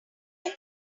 line